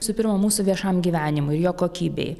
visų pirma mūsų viešam gyvenimui ir jo kokybei